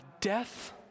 death